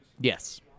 Yes